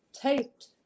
taped